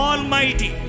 Almighty